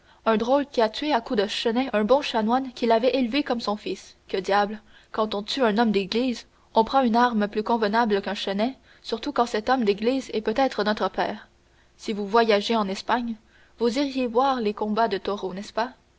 un drôle qui a tué à coups de chenet un bon chanoine qui l'avait élevé comme son fils que diable quand on tue un homme d'église on prend une arme plus convenable qu'un chenet surtout quand cet homme d'église est peut-être notre père si vous voyagiez en espagne vous iriez voir les combats de taureaux n'est-ce pas